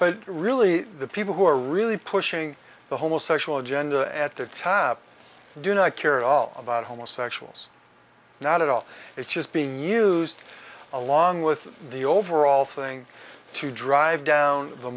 but really the people who are really pushing the homosexual agenda at the top do not care at all about homosexuals not at all it's just being used along with the overall thing to drive down the